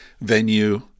venue